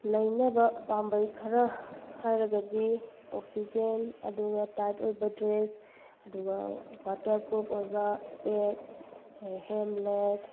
ꯂꯩꯅꯕ ꯄꯥꯝꯕꯩ ꯈꯔ ꯍꯥꯏꯔꯒꯗꯤ ꯑꯣꯛꯁꯤꯖꯦꯟ ꯑꯗꯨꯒ ꯇꯥꯏꯠ ꯑꯣꯏꯕ ꯗ꯭ꯔꯦꯁ ꯑꯗꯨꯒ ꯋꯥꯇꯔ ꯄ꯭ꯔꯨꯐ ꯑꯣꯏꯕ ꯏꯁꯄꯦꯛ ꯍꯦꯝꯂꯦꯠ